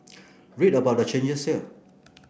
read about the changes here